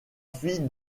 fille